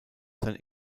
sein